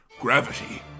Gravity